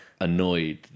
annoyed